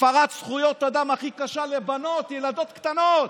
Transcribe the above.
הפרת זכויות הכי קשה לבנות, ילדות קטנות,